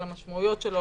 על המשמעויות שלו,